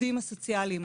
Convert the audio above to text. העובדים הסוציאליים,